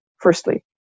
Firstly